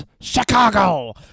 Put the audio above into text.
Chicago